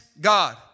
God